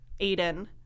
Aiden